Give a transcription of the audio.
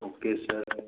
okay sir